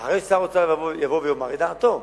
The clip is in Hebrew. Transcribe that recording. אחרי ששר האוצר יבוא ויאמר את דעתו.